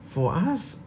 for us